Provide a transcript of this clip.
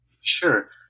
Sure